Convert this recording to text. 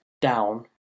down